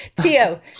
Tio